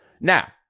Now